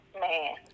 Man